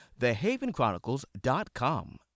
thehavenchronicles.com